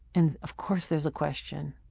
and of course there's a question.